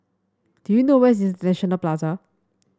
do you know where is International Plaza